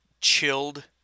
chilled